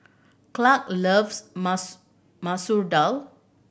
Clarke loves Masoor Masoor Dal